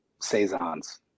Saisons